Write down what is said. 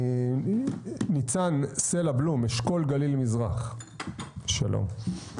ניצן סלע בלום, אשכול גליל מזרח, שלום.